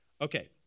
Okay